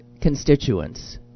constituents